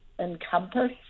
encompass